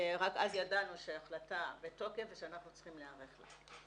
רק אז ידענו שההחלטה בתוקף ושאנחנו צריכים להיערך לה.